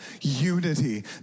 unity